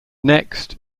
next